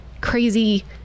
crazy